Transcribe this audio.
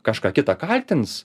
kažką kitą kaltins